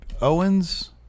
Owens